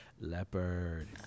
Leopard